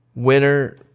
Winner